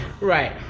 Right